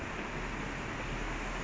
weekend [what] everyone free ah